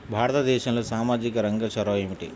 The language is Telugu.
భారతదేశంలో సామాజిక రంగ చొరవ ఏమిటి?